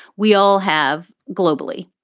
we all have globally.